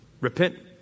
Repent